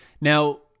Now